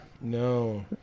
no